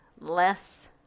less